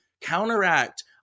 counteract